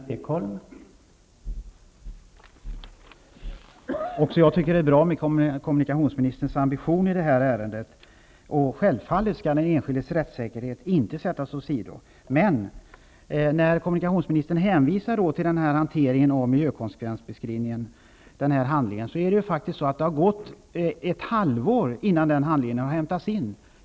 Herr talman! Också jag tycker att kommunikationsministerns ambition i detta ärende är god. Självfallet skall den enskildes rättssäkerhet inte sättas åsido. Men när kommunikationsministern hänvisar till hanteringen av miljökonsekvensbeskrivningen vill jag peka på att det faktiskt förflöt ett halvår innan handlingen i fråga hämtades in.